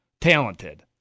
talented